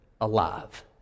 alive